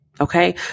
Okay